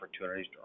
opportunities